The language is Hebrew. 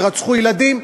שרצחו ילדים.